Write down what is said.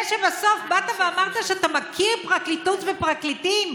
זה שבסוף באת ואמרת שאתה מכיר פרקליטות ופרקליטים,